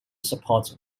support